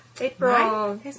April